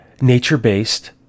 nature-based